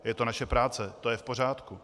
Je to naše práce, to je v pořádku.